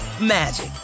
magic